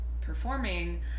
performing